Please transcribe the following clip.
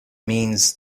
means